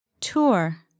Tour